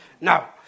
Now